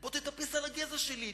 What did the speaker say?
בוא תטפס על הגזע שלי,